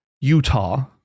Utah